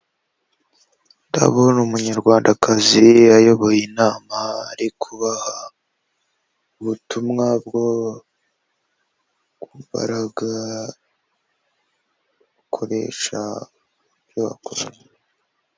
Ndabona umunyarwandakazi ayoboye inama ari kubaha ubutumwa bwo kugira imbaraga ukoresha ibyo wakoze.